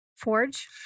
Forge